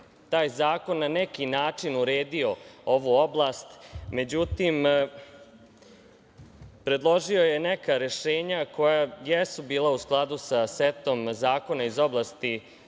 taj zakon na neki način uredio ovu oblast, međutim, predložio je neka rešenja koja jesu bila u skladu sa setom zakona iz oblasti